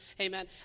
Amen